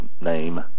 name